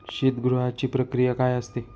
शीतगृहाची प्रक्रिया काय असते?